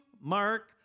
Mark